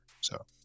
So-